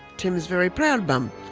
tim's very proud mum.